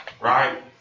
right